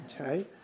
okay